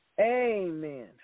Amen